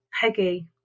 Peggy